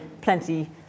plenty